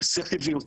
בשיא הטבעיות.